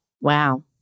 Wow